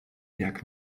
jak